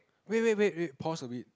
wait wait wait wait pause a bit